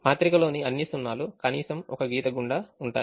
మాత్రికలోని అన్ని సున్నాలు కనీసం ఒక గీత గుండా ఉంటాయి